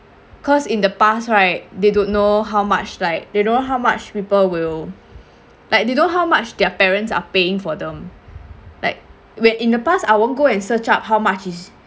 cause in the past right they don't know how much like they don't know how much people will like they don't know how much their parents are paying for them like when in the past I won't go and search up how much is